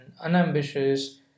unambitious